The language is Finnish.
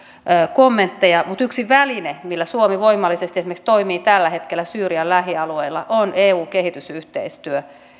kommentteja mutta yksi väline millä suomi voimallisesti esimerkiksi toimii tällä hetkellä syyrian lähialueilla on eun kehitysyhteistyö